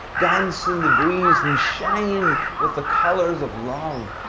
dance in the breeze and shine with the colours of love,